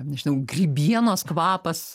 nežinau grybienos kvapas